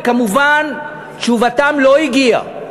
וכמובן תשובתם לא הגיעה.